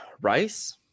rice